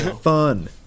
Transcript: fun